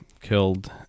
killed